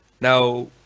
Now